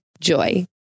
Joy